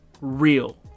real